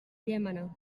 llémena